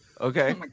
okay